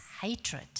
hatred